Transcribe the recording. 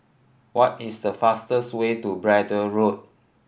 what is the fastest way to Braddell Road